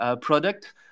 product